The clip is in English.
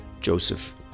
Joseph